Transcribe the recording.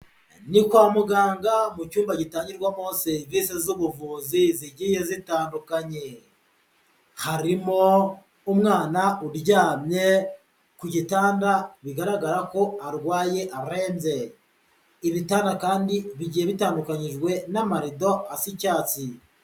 Ni kwa muganga mu cyumba gitangirwamo serivisi z'ubuvuzi zigiye zitandukanye, harimo umwana uryamye ku gitanda bigaragara ko arwaye arembye, ibitanda kandi bigiye bitandukanijwe n'amarido asa icyatsi.